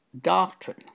doctrine